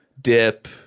Dip